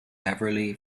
beverley